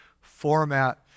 format